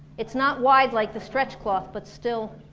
it's not wide like the stretch cloth, but still